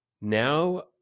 Now